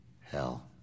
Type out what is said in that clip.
hell